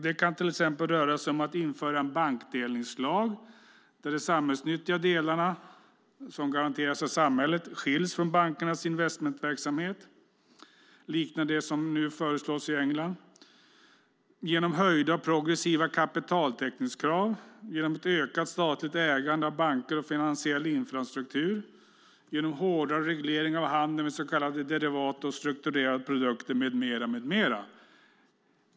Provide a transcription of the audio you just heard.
Det kan till exempel röra sig om att införa en bankdelningslag, där de samhällsnyttiga delarna, som garanteras av samhället, skiljs från bankernas investmentverksamhet, liknande det som nu sker i England. Det kan gälla höjda och progressiva kapitaltäckningskrav, att man ökar det statliga ägandet av banker och finansiell infrastruktur, att man inför hårdare regleringar av handeln med så kallade derivat och strukturerade produkter med mera.